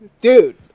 dude